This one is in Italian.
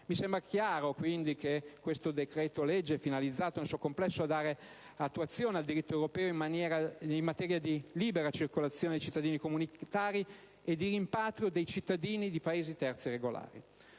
Mi sembra chiaro, quindi, che questo decreto‑legge sia finalizzato, nel suo complesso, a dare attuazione al diritto europeo in materia di libera circolazione dei cittadini comunitari e di rimpatrio dei cittadini di Paesi terzi irregolari.